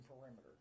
perimeter